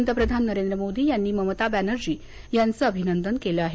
पंतप्रधान नरेंद्र मोदी यांनी ममता बॅनर्जी यांचं अभिनंदन केलं आहे